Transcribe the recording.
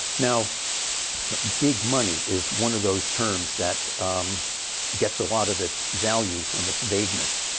now big money is one of those terms that gets a lot of its value from its vagueness.